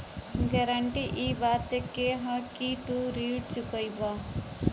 guarantee इ बात क कि तू ऋण चुकइबा